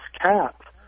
cap